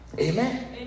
Amen